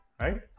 right